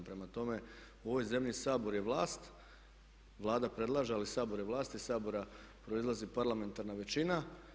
Prema tome, u ovoj zemlji Sabor je vlast, Vlada predlaže, ali Sabor je vlast, iz Sabora proizlazi parlamentarna većina.